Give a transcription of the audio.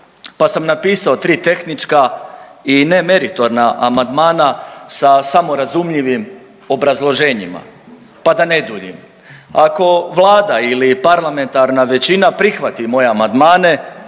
pa sam napisao tri tehnička i ne meritorna amandmana sa samorazumljivim obrazloženjima, pa da ne duljim, ako Vlada ili parlamentarna većina prihvati moje amandmane